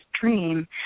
dream